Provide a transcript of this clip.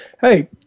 hey